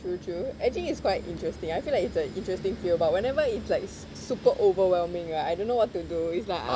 true true actually it's quite interesting I feel like it's a interesting field but whenever it's like super overwhelming right I don't know what to do is like I